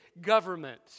government